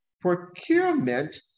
Procurement